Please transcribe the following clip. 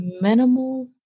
minimal